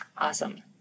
Awesome